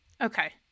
Okay